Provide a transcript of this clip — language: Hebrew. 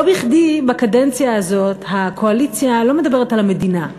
לא בכדי בקדנציה הזאת הקואליציה לא מדברת על המדינה,